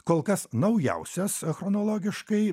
kol kas naujausias chronologiškai